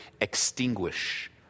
extinguish